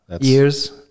years